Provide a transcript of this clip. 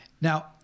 Now